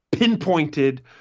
pinpointed